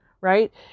Right